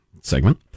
segment